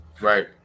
right